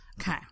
Okay